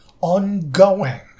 ongoing